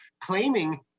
claiming